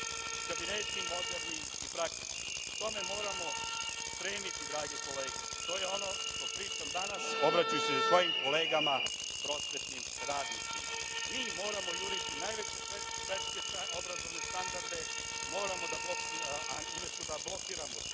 Kabineti moderni i praktični. Tome moramo stremiti, drage kolege. To je ono što pričam danas, obraćajući se svojim kolegama prosvetnim radnicima. Mi moramo juriti najveće svetske obrazovne standarde, umesto da blokiramo